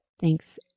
Thanks